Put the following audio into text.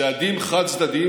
צעדים חד-צדדיים,